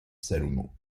salomon